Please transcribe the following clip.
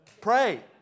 Pray